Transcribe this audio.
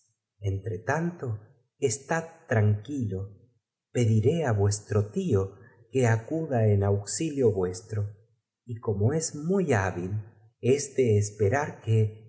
tretanto estad tranq uil o pediré á vuestro por qué le abandonas también lo que acuda en auxilio vuestro y como y maría se puso á contar de nuevo en es muy hábil es de esperar que